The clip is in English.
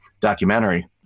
documentary